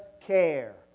care